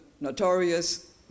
notorious